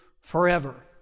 forever